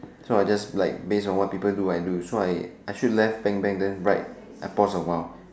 so I just like based on what people do I do so I I shoot left bang bang then right I pause a while